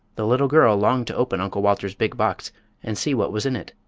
the little girl longed to open uncle walter's big box and see what was in it.